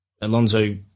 Alonso